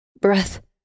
Breath